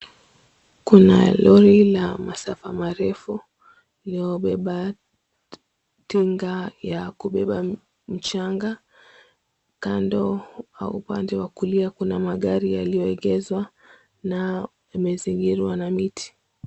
Kuna lori la masafa marefu lililobeba tinga ya kubeba mchanga. Kando, upande wa kulia kuna magari yalioegezwa na yamezingirwa na miti.